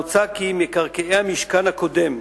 מוצע כי מקרקעי המשכן הקודם,